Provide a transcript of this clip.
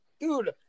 Dude